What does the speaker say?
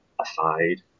aside